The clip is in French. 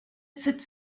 sept